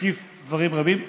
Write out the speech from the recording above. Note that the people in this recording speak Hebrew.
מקיף דברים רבים,